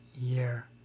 year